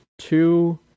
two